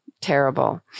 terrible